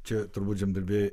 čia turbūt žemdirbiai